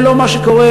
זה לא מה שקורה,